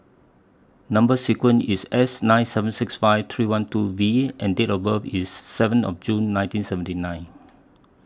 Number sequence IS S nine seven six five three one two V and Date of birth IS seven of June nineteen seventy nine